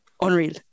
unreal